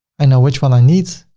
i know which one i need.